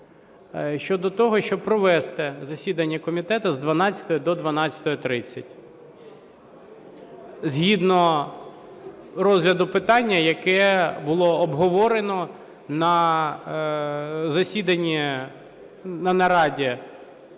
щодо того, щоб провести засідання комітету з 12-ї до 12:30 згідно розгляду питання, яке було обговорено на засіданні, на нараді